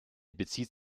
bezieht